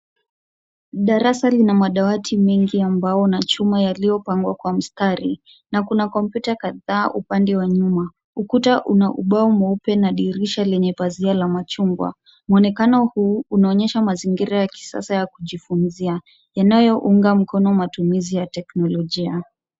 Darasa lina madawati mengi ya mbao na chuma yaliyopangwa kwa mstari na kuna kompyuta kadhaa upande wa nyuma. Ukuta una ubao mweupe na dirisha lenye pazia la machungwa. Mwonekano huu unaonyesha mazingira ya kisasa ya kujifunzia yanayounga mkono matumizi ya teknolojia.